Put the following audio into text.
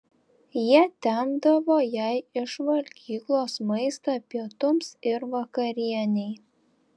jie tempdavo jai iš valgyklos maistą pietums ir vakarienei